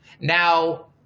Now